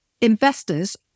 investors